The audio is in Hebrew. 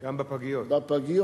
גם הפגיות.